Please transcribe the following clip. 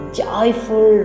joyful